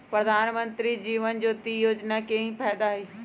प्रधानमंत्री जीवन ज्योति योजना के की फायदा हई?